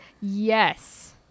Yes